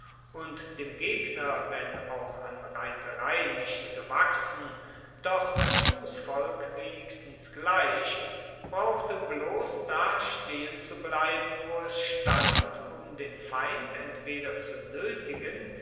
und dem gegner wenn auch an reiterei nicht gewachsen doch an fussvolk wenigstens gleich brauchte bloss da stehen zu bleiben wo es stand um den feind entweder zu noetigen